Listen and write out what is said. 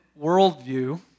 worldview